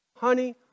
Honey